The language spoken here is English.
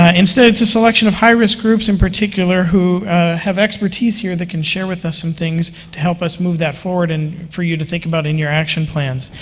ah instead, it's selection of high-risk groups in particular who have expertise here, that can share with us some things to help us move that forward and for you to think about in your action plans.